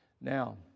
Now